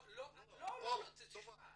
לא הכי טובה.